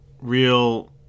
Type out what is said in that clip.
real